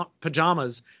pajamas